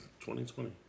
2020